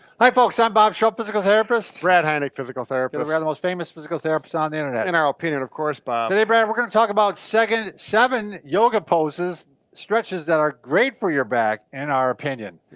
hi folks, i'm bob schrupp, physical therapist. brad heineck, physical therapist. we're the most famous physical therapists on the internet. in our opinion, of course, bob. today, brad, we're gonna talk about seven seven yoga poses stretches that are great for your back in our opinion.